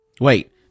wait